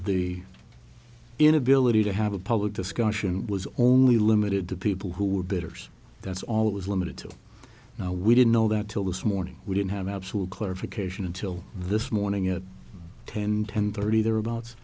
the inability to have a public discussion was only limited to people who were bidders that's all it was limited to now we didn't know that till this morning we didn't have absolute clarification until this morning at ten ten thirty there